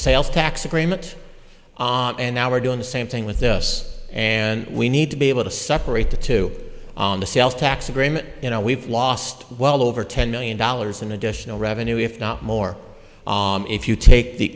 sales tax agreement and now we're doing the same thing with us and we need to be able to separate the two on the sales tax agreement you know we've lost well over ten million dollars in additional revenue if not more if you take the